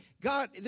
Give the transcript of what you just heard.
God